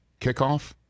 kickoff